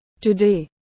Today